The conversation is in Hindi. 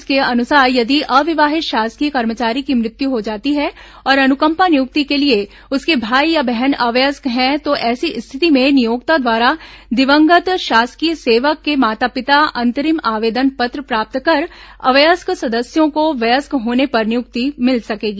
इसके अनुसार यदि अविवाहित शासकीय कर्मचारी की मृत्यु हो जाती है और अनुकंपा नियुक्ति के लिए उसके भाई या बहन अवयस्क हैं तो ऐसी स्थिति में नियोक्ता द्वारा दिवंगत शासकीय सेवक के माता पिता से अंतरिम आवेदन पत्र प्राप्त कर अवयस्क सदस्यों को वयस्क होने पर नियुक्ति मिल सकेगी